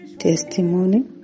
Testimony